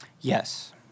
Yes